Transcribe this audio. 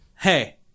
hey